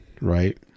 right